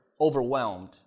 overwhelmed